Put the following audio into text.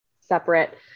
separate